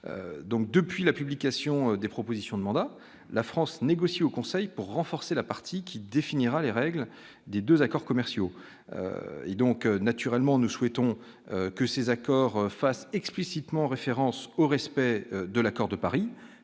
donc depuis la publication des propositions demande à la France négocie au Conseil pour renforcer la partie qui définira les règles des 2 accords commerciaux et donc, naturellement, nous souhaitons que ces accords fasse explicitement référence au respect de l'accord de Paris,